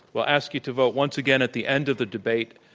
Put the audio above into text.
we'll ask you to vote once again at the end of the debate,